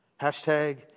hashtag